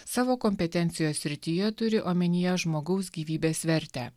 savo kompetencijos srityje turi omenyje žmogaus gyvybės vertę